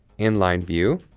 inline view,